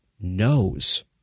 knows